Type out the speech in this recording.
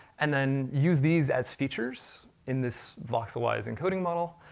and then use these as features in this voxelwise and coding model,